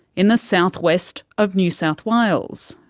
in the south-west of new south wales,